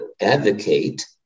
advocate